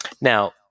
Now